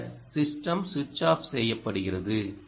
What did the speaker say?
பின்னர் சிஸ்டம் ஸ்விட்ச் ஆப் செய்யப்படுகிறது